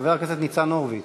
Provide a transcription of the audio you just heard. חבר הכנסת ניצן הורוביץ.